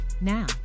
now